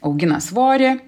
augina svorį